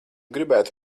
gribētu